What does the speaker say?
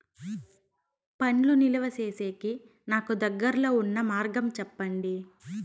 పండ్లు నిలువ సేసేకి నాకు దగ్గర్లో ఉన్న మార్గం చెప్పండి?